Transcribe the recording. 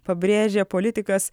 pabrėžia politikas